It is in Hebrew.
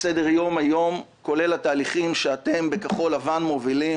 "סדר היום" היום כולל התהליכים שאתם מובילים בכחול לבן